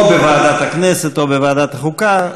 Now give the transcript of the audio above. או בוועדת הכנסת או בוועדת החוקה,